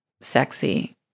sexy